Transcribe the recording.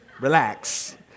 Relax